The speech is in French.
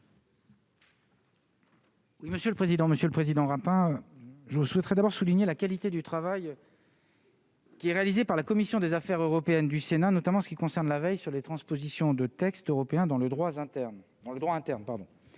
monsieur le président, Monsieur le Président Rapin, hein, je souhaiterais d'abord souligné la qualité du travail. Qui est réalisé par la commission des affaires européennes du Sénat, notamment ceux qui concernent la veille sur les transpositions de textes européens dans le droit interne